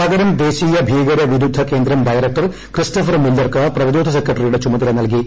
പകരം ദേശീയ ഭീകരവിരുദ്ധ കേന്ദ്രം ഡയറക്ടർ ക്രിസ്റ്റഫ്ടർ മില്ലർക്ക് പ്രതിരോധ സെക്രട്ടറിയുടെ ചുമതല നൽകി